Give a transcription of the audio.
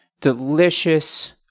delicious